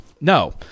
No